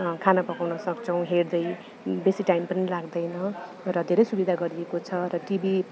खाना पकाउनसक्छौँ हेर्दै बेसी टाइम पनि लाग्दैन र धेरै सुविधा गरिएको छ र टिभी